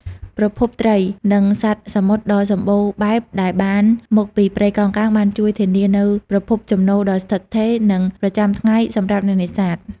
ប្រភពត្រី និងសត្វសមុទ្រដ៏សំបូរបែបដែលបានមកពីព្រៃកោងកាងបានជួយធានានូវប្រភពចំណូលដ៏ស្ថិតស្ថេរ និងប្រចាំថ្ងៃសម្រាប់អ្នកនេសាទ។